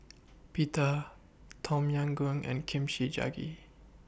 Pita Tom Yam Goong and Kimchi Jjigae